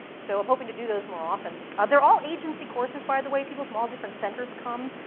so, i'm hoping to do those more often. ah they're all agency courses, by the way. people from all different centers come,